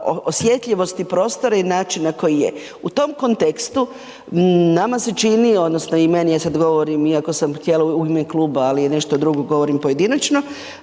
osjetljivosti prostora i načina koji je. U tom kontekstu, nama se čini, odnosno i meni, sad govorim, iako sam htjela u ime kluba, ali nešto drugo govorim pojedinačno,